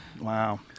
Wow